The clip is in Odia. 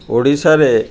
ଓଡ଼ିଶାରେ